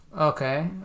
okay